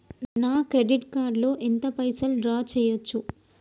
నా credit card లో ఎంత పైసల్ డ్రా చేయచ్చు?